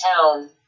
town